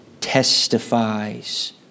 testifies